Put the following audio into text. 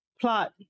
plot